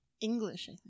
English